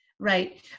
Right